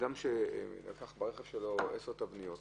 אדם שלקח ברכב שלו עשר תבניות